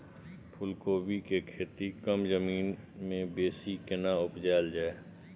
फूलकोबी के खेती कम जमीन मे बेसी केना उपजायल जाय?